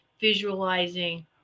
visualizing